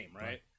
right